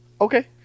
Okay